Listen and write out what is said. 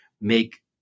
make